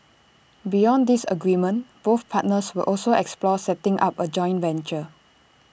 beyond this agreement both partners will also explore setting up A joint venture